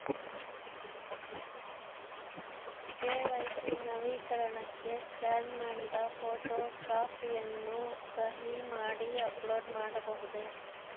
KYC ನವೀಕರಣಕ್ಕೆ scan ಮಾಡಿದ photo ಕಾಪಿಯನ್ನು ಸಹಿ ಮಾಡಿ ಅಪ್ಲೋಡ್ ಮಾಡಬಹುದೇ?